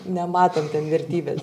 nematom ten vertybė